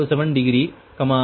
807 degree 31 2